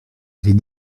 avait